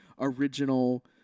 original